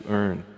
earn